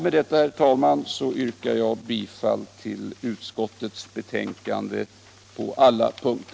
Med det anförda yrkar jag bifall till utskottets hemställan på samtliga punkter.